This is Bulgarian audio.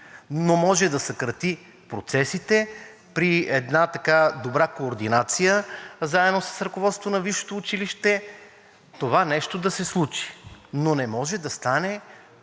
Но може да съкрати процесите при една добра координация заедно с ръководството на висшето училище това нещо да се случи. Но не може да стане